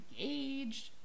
engaged